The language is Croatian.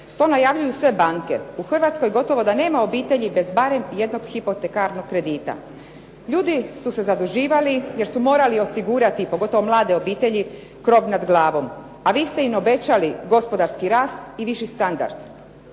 To najavljuju sve banke. U Hrvatskoj gotovo da nema obitelji bez barem jednog hipotekarnog kredita. Ljudi su se zaduživali jer su morali osigurati pogotovo mlade obitelji krov nad glavom a vi ste im obećali gospodarski rast i viši standard.